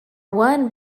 one